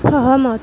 সহমত